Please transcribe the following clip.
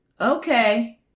Okay